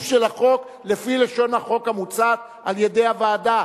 של החוק לפי לשון החוק המוצעת על-ידי הוועדה,